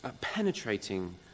penetrating